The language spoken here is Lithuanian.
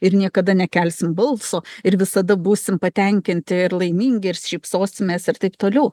ir niekada nekelsim balso ir visada būsim patenkinti ir laimingi ir šypsosimės ir taip toliau